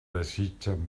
desitgen